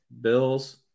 Bills